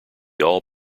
all